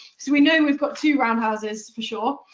so we know we've got two roundhouses for sure.